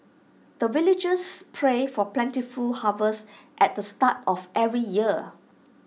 the villagers pray for plentiful harvest at the start of every year